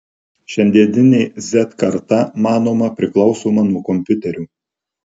šiandieninė z karta manoma priklausoma nuo kompiuterių